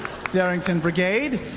darrington brigade,